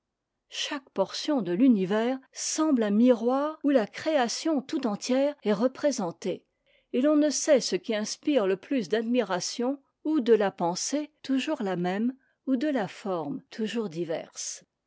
chaque portion de l'univers sembiè un miroir où la création tout entière est représentée et l'on ne sait ce qui inspire le plus d'admiration ou de la pen sée toujours la même ou de la forme toujours diverse